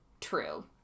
true